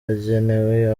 agenewe